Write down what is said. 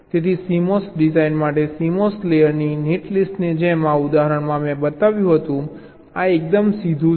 તેથી CMOS design માટે CMOS લેયરની નેટલિસ્ટની જેમ આ ઉદાહરણમાં મેં બતાવ્યું હતું આ એકદમ સીધું છે